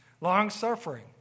long-suffering